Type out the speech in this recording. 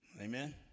Amen